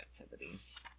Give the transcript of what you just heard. activities